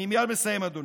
אני מייד מסיים, אדוני.